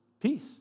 peace